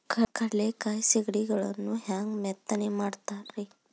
ಕಡಲೆಕಾಯಿ ಸಿಗಡಿಗಳನ್ನು ಹ್ಯಾಂಗ ಮೆತ್ತನೆ ಮಾಡ್ತಾರ ರೇ?